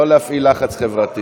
לא מפעיל, לא להפעיל לחץ חברתי.